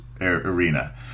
arena